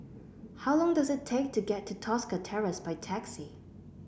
how long does it take to get to Tosca Terrace by taxi